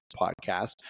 podcast